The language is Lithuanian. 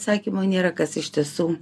sakymo nėra kas iš tiesų